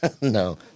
No